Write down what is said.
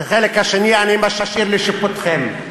את החלק השני אני משאיר לשיפוטכם.